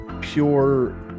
pure